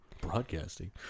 Broadcasting